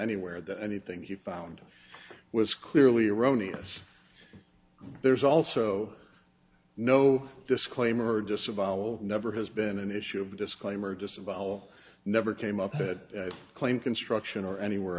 anywhere that anything he found was clearly erroneous there's also no disclaimer disavowal never has been an issue of disclaimer disavowal never came up that claim construction or anywhere